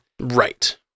Right